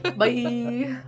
bye